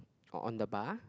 or on the bar